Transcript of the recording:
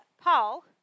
Paul